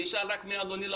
מי אדוני?